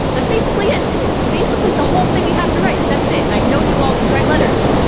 that's basically it, this is basically the whole thing you have to write and that's it. and i know you all can write letters.